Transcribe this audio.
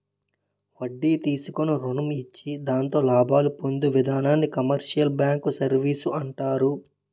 వడ్డీ తీసుకుని రుణం ఇచ్చి దాంతో లాభాలు పొందు ఇధానాన్ని కమర్షియల్ బ్యాంకు సర్వీసు అంటారు